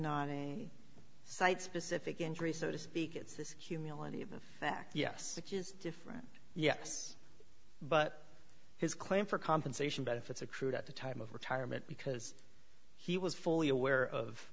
not a site specific injury so to speak it's this humility that yes he is different yes but his claim for compensation benefits accrued at the time of retirement because he was fully aware of